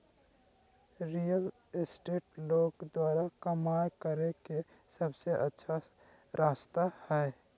real estate लोग द्वारा कमाय करे के सबसे अच्छा रास्ता हइ